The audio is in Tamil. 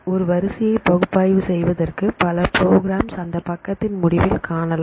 ஒரு வரிசையை பகுப்பாய்வு செய்வதற்கு பல ப்ரோக்ராம்ஸ் அந்த பக்கத்தின் முடிவில் காணலாம்